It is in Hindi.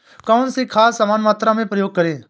कौन सी खाद समान मात्रा में प्रयोग करें?